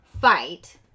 fight